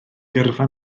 gyrfa